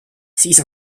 siis